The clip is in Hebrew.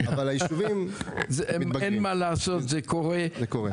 אין מה לעשות, זה קורה.